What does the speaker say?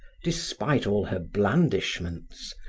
despite all her blandishments,